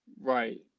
right